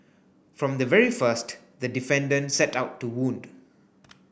from the very first the defendant set out to wound